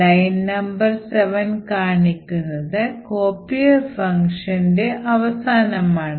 line number 7 കാണിക്കുന്നത് copier function അവസാനമാണ്